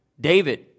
David